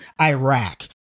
Iraq